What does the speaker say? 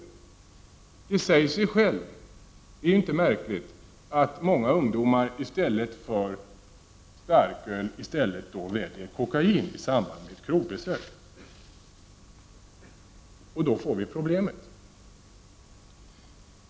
Det säger sig självt att många ungdomar i stället för starköl väljer kokain i samband med ett krogbesök, och då uppstår problemen.